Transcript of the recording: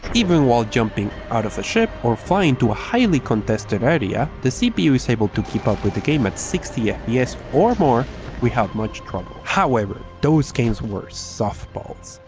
even while jumping out of the ship, or flying to a highly contested area the cpu is able to keep up with the game at sixty ah fps or more without much trouble. however, those game were softballs.